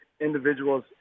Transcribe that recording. individuals